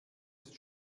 ist